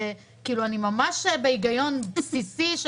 כאילו ממש בהיגיון בסיסי.